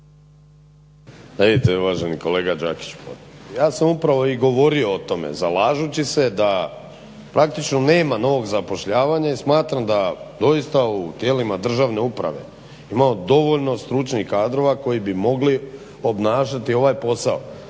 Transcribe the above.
Vidite uvaženi kolega Đakić ja sam upravo i govorio o tome zalažući se da praktično nema novog zapošljavanja i smatram da doista u tijelima državne uprave imamo dovoljno stručnih kadrova koji bi mogli obnašati ovaj posao.